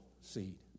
seed